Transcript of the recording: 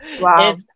Wow